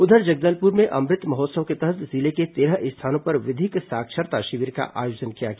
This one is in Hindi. उधर जगदलपुर में अमृत महोत्सव के तहत जिले के तेरह स्थानों पर विधिक साक्षरता शिविर का आयोजन किया गया